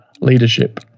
Leadership